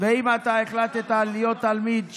אם אתה החלטת להיות תלמיד,